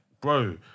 Bro